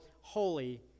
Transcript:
holy